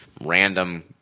random